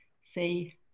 say